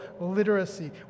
literacy